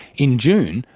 in june,